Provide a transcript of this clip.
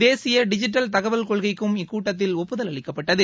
தேசிய டிஜிட்டல் தகவல் கொள்கைக்கும் இக்கூட்டத்தில் ஒப்புதல் அளிக்கப்பட்டது